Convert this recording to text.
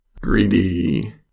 Greedy